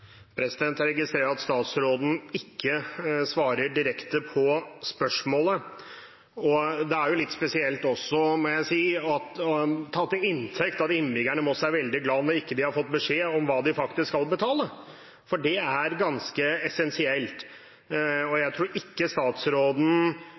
Jeg registrerer at statsråden ikke svarer direkte på spørsmålet. Det er jo også litt spesielt, må jeg si, å ta til inntekt at innbyggerne i Moss er veldig glade, når de ikke har fått beskjed om hva de faktisk skal betale. For det er ganske essensielt.